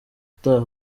utaha